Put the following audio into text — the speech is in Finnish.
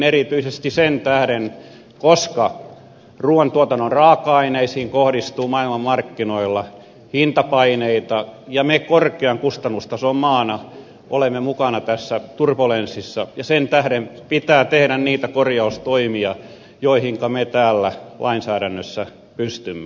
erityisesti sen tähden että ruuantuotannon raaka aineisiin kohdistuu maailmanmarkkinoilla hintapaineita ja me korkean kustannustason maana olemme mukana tässä turbulenssissa ja sen tähden pitää tehdä niitä korjaustoimia joihin me täällä lainsäädännössä pystymme